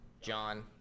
John